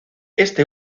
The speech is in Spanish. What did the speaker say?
este